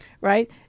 Right